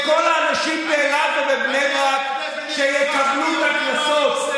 כל האנשים באלעד ובבני ברק שיקבלו את הקנסות.